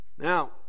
Now